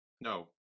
no